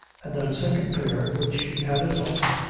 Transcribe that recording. and that a second pair, which he had at home,